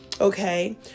Okay